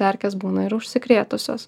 erkės būna ir užsikrėtusios